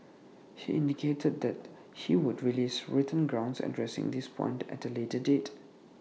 he indicated that he would release written grounds addressing this point at A later date